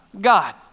God